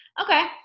Okay